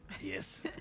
Yes